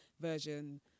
version